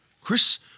Chris